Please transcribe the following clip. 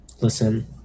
listen